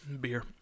Beer